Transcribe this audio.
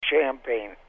champagne